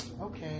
okay